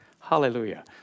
Hallelujah